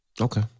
Okay